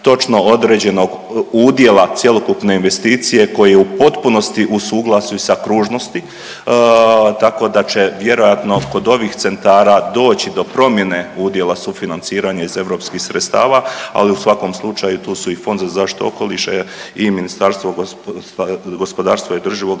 točno određenog udjela cjelokupne investicije koji je u potpunosti u suglasju sa kružnosti tako da će vjerojatno kod ovih centra doći do promjene udjela sufinanciranja iz europskih sredstava, ali u svakom slučaju tu su i Fond za zaštitu okoliša i Ministarstvo gospodarstva i održivog